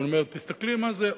ואני אומר: תסתכלי מה זה,